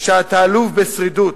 שאתה אלוף בשרידות,